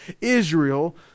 Israel